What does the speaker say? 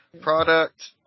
product